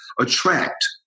attract